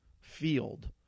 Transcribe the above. field